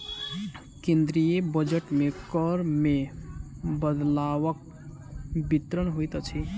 केंद्रीय बजट मे कर मे बदलवक विवरण होइत अछि